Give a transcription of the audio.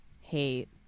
hate